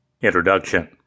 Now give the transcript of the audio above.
Introduction